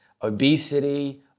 obesity